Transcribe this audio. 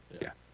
Yes